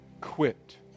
quit